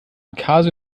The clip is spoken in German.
casio